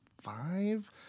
five